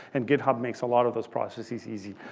and github makes a lot of those processes easy.